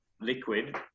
liquid